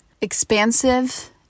expansive